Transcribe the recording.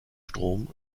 strom